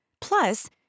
Plus